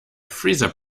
freezer